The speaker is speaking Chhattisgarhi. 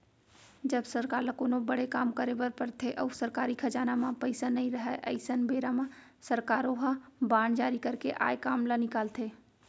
जब सरकार ल कोनो बड़े काम करे बर परथे अउ सरकारी खजाना म पइसा नइ रहय अइसन बेरा म सरकारो ह बांड जारी करके आए काम ल निकालथे